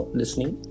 listening